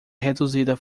reduzida